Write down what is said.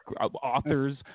authors